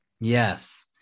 Yes